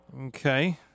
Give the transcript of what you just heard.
okay